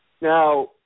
Now